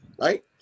right